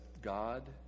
God